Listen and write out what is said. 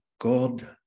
God